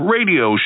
Radio